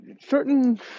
certain